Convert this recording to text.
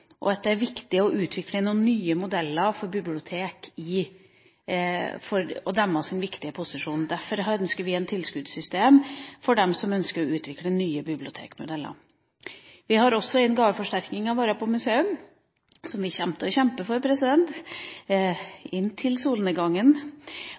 tidsalder, at det er viktig å utvikle noen nye modeller for bibliotekene og deres viktige posisjon. Derfor ønsker vi et tilskuddssystem for dem som ønsker å utvikle nye bibliotekmodeller. Vi har også en gaveforsterkningsordning for museer som vi kommer til å kjempe for